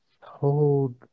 hold